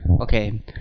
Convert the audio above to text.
Okay